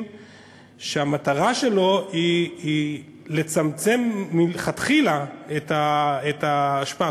שהמטרה שלו היא לצמצם מלכתחילה את האשפה.